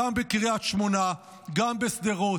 גם בקריית שמונה, גם בשדרות.